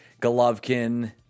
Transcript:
Golovkin